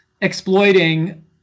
exploiting